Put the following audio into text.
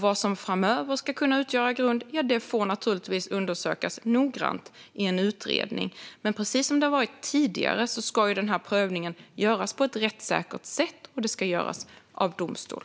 Vad som framöver ska kunna utgöra grund för detta får naturligtvis undersökas noggrant i en utredning. Precis som det har varit tidigare ska denna prövning göras på ett rättssäkert sätt, och den ska göras av domstol.